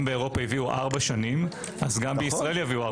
אם באירופה הביאו ארבע שנים כך גם יביאו בישראל.